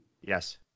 Yes